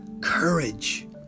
Courage